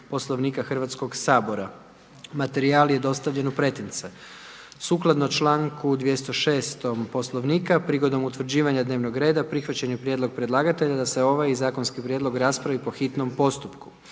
Poslovnika Hrvatskog sabora. Materijal vam je dostavljen u pretince. Prilikom utvrđivanja dnevnog reda prihvatili smo prijedlog predlagatelja da se ovaj zakonski prijedlog raspravi po hitnom postupku.